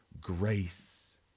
grace